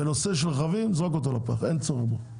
לפחות בנושא של הרכבים זרוק אותו, אין צורך בו,